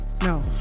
No